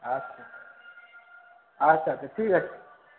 আচ্ছা আচ্ছা আচ্ছা ঠিক আছে